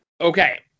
Okay